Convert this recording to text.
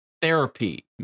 therapy